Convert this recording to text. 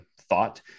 thought